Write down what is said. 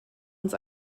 uns